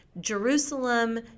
Jerusalem